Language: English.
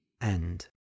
end